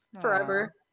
forever